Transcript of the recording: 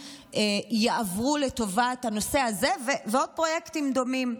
יעברו לטובת הנושא הזה ולעוד פרויקטים דומים.